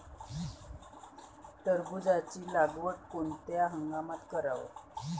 टरबूजाची लागवड कोनत्या हंगामात कराव?